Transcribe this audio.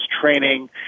training